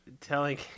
telling